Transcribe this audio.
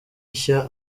nshya